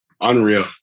Unreal